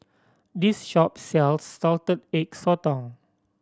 this shop sells Salted Egg Sotong